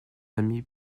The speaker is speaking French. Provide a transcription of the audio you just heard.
amis